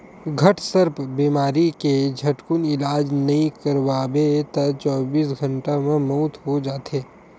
घटसर्प बेमारी के झटकुन इलाज नइ करवाबे त चौबीस घंटा म मउत हो जाथे